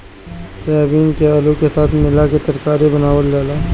soybean के आलू का साथे मिला के तरकारी बनावल जाला